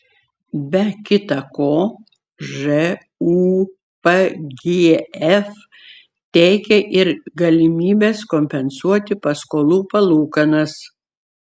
be kita ko žūpgf teikia ir galimybes kompensuoti paskolų palūkanas